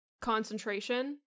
concentration